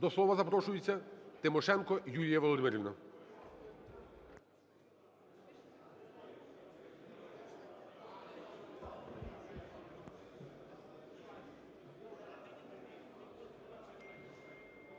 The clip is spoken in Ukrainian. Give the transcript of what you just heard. До слова запрошується Тимошенко Юлія Володимирівна.